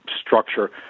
structure